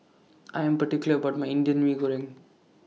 I Am particular about My Indian Mee Goreng